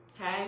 Okay